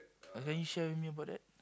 uh can you share with me about that